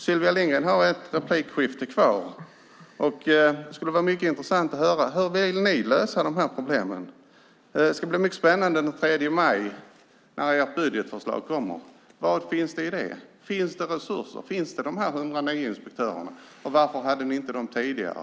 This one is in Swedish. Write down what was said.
Sylvia Lindgren har en replik kvar, och det skulle vara mycket intressant att höra hur ni vill lösa de här problemen. Det ska bli mycket spännande den 3 maj när ert budgetförslag kommer. Vad finns i det? Finns det resurser? Finns det medel för de här 109 inspektörerna, och varför hade ni inte dem tidigare?